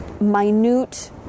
minute